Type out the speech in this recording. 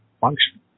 function